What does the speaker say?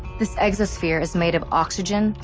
this exosphere is made of oxygen,